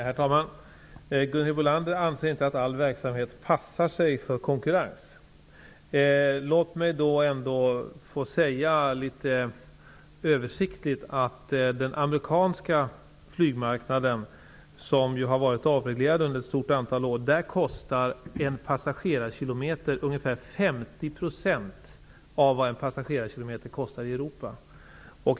Herr talman! Gunhild Bolander anser inte att all verksamhet passar för konkurrens. Låt mig litet översiktligt få säga att på den amerikanska flygmarknaden, som har varit avreglerad under ett stort antal år, kostar en passagerarkilometer ungefär 50 % av vad en passagerarkilometer kostar i Europa.